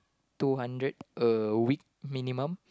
two hundred a week minimum